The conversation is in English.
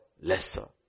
lesser